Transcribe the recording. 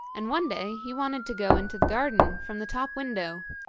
and one day he wanted to go into the garden from the top window,